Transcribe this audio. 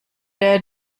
der